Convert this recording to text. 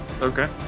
Okay